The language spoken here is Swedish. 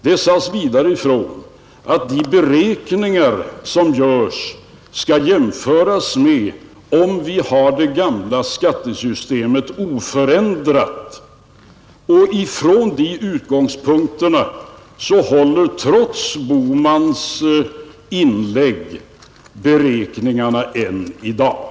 Det sades vidare ifrån att de beräkningar som görs skall jämföras med en situation i vilken vi har det gamla skattesystemet oförändrat. Från dessa utgångspunkter sett håller trots herr Bohmans inlägg beräkningarna än i dag.